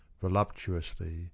voluptuously